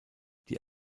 die